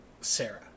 Sarah